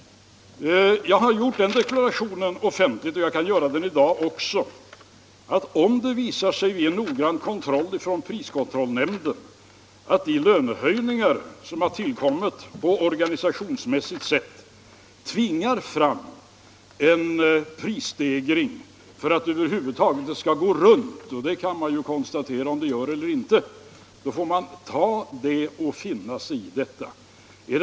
Jag har gjort den deklarationen offentligt, och jag kan göra den i dag också, att om det vid en noggrann kontroll från priskontrollnämnden visar sig att de löneökningar som har tillkommit på organisationsmässigt sätt tvingar fram en prisstegring för att det över huvud taget skall gå runt — och man kan ju konstatera om det gör det eller inte — får man finna sig i detta.